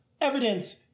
evidence